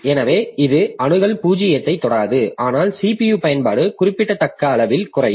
எனவே இந்த அணுகல் 0 ஐத் தொடாது ஆனால் CPU பயன்பாடு குறிப்பிடத்தக்க அளவில் குறையும்